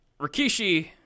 Rikishi